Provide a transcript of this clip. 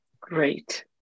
Great